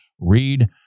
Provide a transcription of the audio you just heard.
read